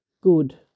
good